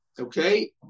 okay